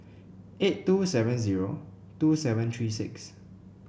eight two seven zero two seven three six